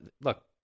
look